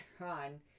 on